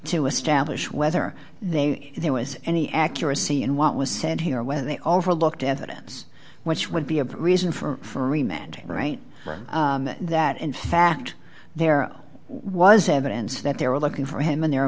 to establish whether they there was any accuracy in what was said here whether they overlooked evidence which would be a reason for me men to write that in fact there was evidence that there were looking for him and there